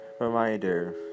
reminder